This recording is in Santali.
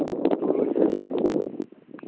ᱛᱩᱨᱩᱭ ᱥᱟᱥᱟᱭ